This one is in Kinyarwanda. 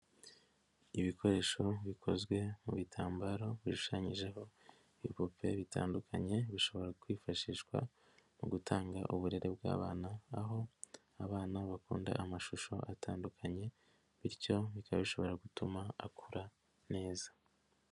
Ibikoresho bikozwe mu bitambaro bishushanyijeho ibipupe bitandukanye bishobora kwifashishwa mu gutanga uburere bw'abana, aho abana bakunda amashusho atandukanye bityo bikaba bishobora gutuma akura neza.